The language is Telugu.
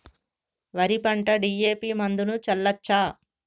వరి పంట డి.ఎ.పి మందును చల్లచ్చా?